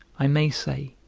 i may say,